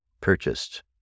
purchased